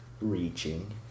reaching